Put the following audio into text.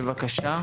בבקשה.